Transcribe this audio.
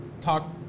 talk